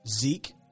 Zeke